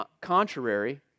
contrary